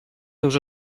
seus